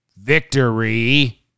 victory